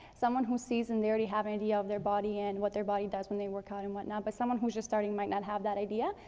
someone who's seasoned, they already have and idea of their body and what their body does when they work out, and what not. but someone who's just starting might not have that idea.